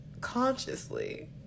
consciously